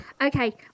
okay